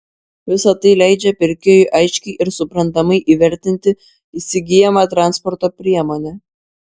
visa tai leidžia pirkėjui aiškiai ir suprantamai įvertinti įsigyjamą transporto priemonę